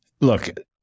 Look